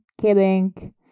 Kidding